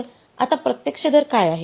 तर आता प्रत्यक्ष दर काय आहे